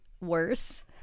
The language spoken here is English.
worse